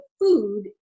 food